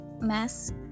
mask